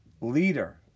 leader